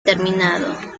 terminado